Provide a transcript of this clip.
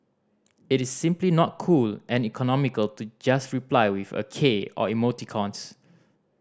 it is simply not cool and economical to just reply with a k or emoticons